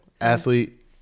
athlete